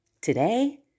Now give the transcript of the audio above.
Today